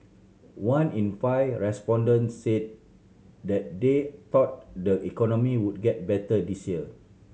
one in five respondents said that they thought the economy would get better this year